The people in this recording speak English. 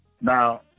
Now